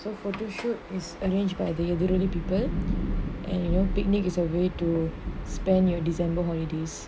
so for the shoot is arranged by the elderly people and you know picnic is a way to spend your december holidays